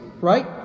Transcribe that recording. right